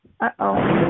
Uh-oh